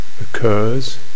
occurs